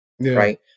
right